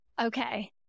Okay